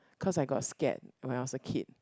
cause I got scared when I was a kid